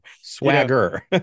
Swagger